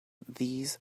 these